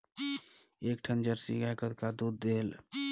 एक ठन जरसी गाय कतका दूध देहेल?